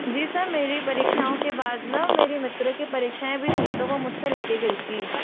जैसा मेरी परीक्षाओं के बाद ना मेरे मित्र की परीक्षाएँ भी थी तो वो मुझसे ले के गई थी